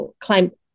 climate